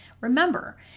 Remember